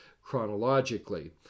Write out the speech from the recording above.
chronologically